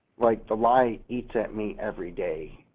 like, the lie eats at me every day.